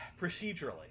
procedurally